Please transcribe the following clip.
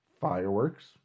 fireworks